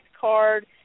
card